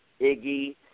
Iggy